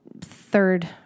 third